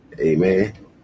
Amen